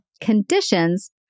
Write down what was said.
conditions